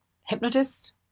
hypnotist